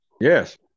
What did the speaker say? yes